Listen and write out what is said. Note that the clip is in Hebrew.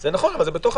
זה בתוך המכסה.